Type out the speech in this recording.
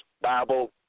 Bible